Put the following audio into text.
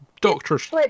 Doctors